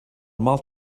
mal